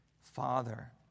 Father